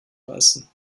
reißen